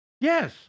Yes